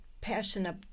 passionate